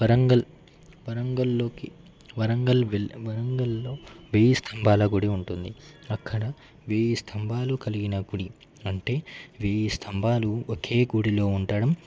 వరంగల్ వరంగల్ లోకి వరంగల్ వెల్ వరంగల్లో వెయ్యి స్తంభాల గుడి ఉంటుంది అక్కడ వెయ్యి స్తంభాలు కలిగిన గుడి అంటే వేయి స్తంభాలు ఒకే గుడిలో ఉండడం